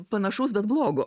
panašaus bet blogo